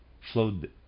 flowed